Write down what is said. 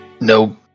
No